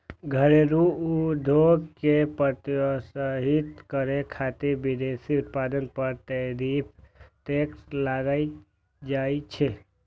घरेलू उद्योग कें प्रोत्साहितो करै खातिर विदेशी उत्पाद पर टैरिफ टैक्स लगाएल जाइ छै